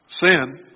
sin